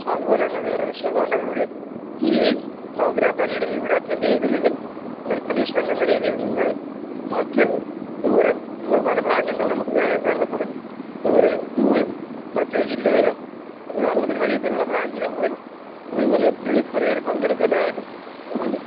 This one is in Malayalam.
അപ്പോള് അതുപോലെതന്നെ വേറെ വിഷയങ്ങളുണ്ട് അതോടുകൂടി ഈ പ്രോഗ്രാം പരേഡിൽ ഇവിടെ അറ്റൻഡെയ്തില്ലെങ്കിൽ ഒരു പണിഷ്മെൻറ്റെന്ന രീതിയിൽ നിങ്ങൾ മറ്റ് ദൂരെയുള്ള പല ബ്രാഞ്ചുണ്ട് നമ്മള്ക്ക് കേര കേരളത്തില്ത്തന്നെ ദൂരെ ദൂരം മറ്റു ജില്ലയിലോ കേരളത്തിന് വെളിയിൽ തന്നെയുള്ള ബ്രാഞ്ചിലോ പോയി നിങ്ങളീ ഡ്രിൽ പരേഡില് പങ്കെടുക്കേണ്ടതായിട്ട് ഉണ്ട്